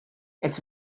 its